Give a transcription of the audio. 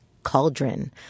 cauldron